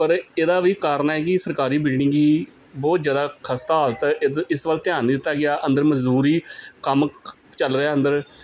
ਪਰ ਇਹਦਾ ਵੀ ਕਾਰਨ ਹੈ ਕਿ ਸਰਕਾਰੀ ਬਿਲਡਿੰਗ ਹੀ ਬਹੁਤ ਜ਼ਿਆਦਾ ਖਸਤਾ ਹਾਲਤ ਇਤ ਇਸ ਵੱਲ ਧਿਆਨ ਨਹੀਂ ਦਿੱਤਾ ਗਿਆ ਅੰਦਰ ਮਜ਼ਦੂਰੀ ਕੰਮ ਚੱਲ ਰਿਹਾ ਅੰਦਰ